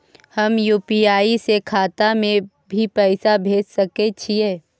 हम यु.पी.आई से खाता में भी पैसा भेज सके छियै?